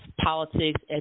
politics